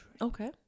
okay